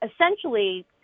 essentially